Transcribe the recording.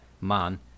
man